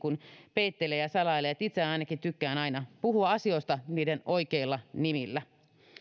peittelee ja salailee itse ainakin tykkään aina puhua asioista niiden oikeilla nimillä